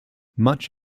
much